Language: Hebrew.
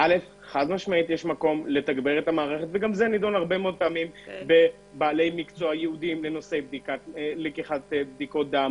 יש מקום לתגבר את המערכת בבעלי מקצוע ייעודיים ללקיחת דם,